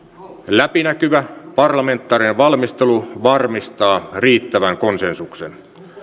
läpinäkyvä parlamentaarinen valmistelu varmistaa riittävän konsensuksen